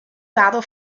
rather